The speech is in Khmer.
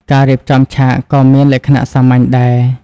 ការរៀបចំឆាកក៏មានលក្ខណៈសាមញ្ញដែរ។